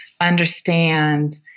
understand